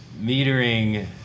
metering